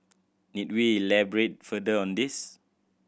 need we elaborate further on this